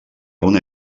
una